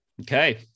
Okay